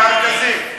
לארגזים.